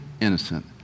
innocent